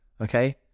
okay